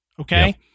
okay